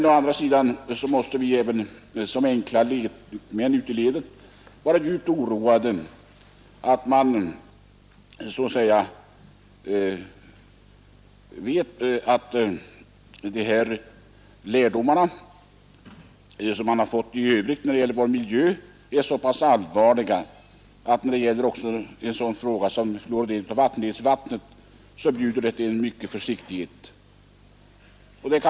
Å andra sidan måste vi som enkla lekmän ute i livet vara djupt oroade då vi vet att de lärdomar som man fått i övrigt när det gäller vår miljö är så allvarliga att en sådan fråga som fluor i vattenledningsvattnet måste bjuda till stor försiktighet.